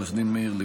עו"ד מאיר לוין,